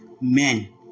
men